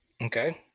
Okay